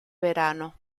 verano